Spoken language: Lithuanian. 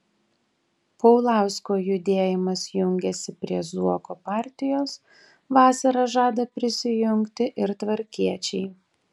paulausko judėjimas jungiasi prie zuoko partijos vasarą žada prisijungti ir tvarkiečiai